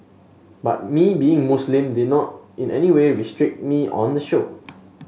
but me being Muslim did not in any way restrict me on the show